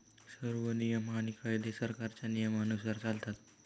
सर्व नियम आणि कायदे सरकारच्या नियमानुसार चालतात